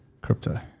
Crypto